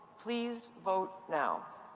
please vote now.